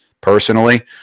personally